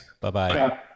Bye-bye